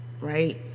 right